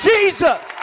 Jesus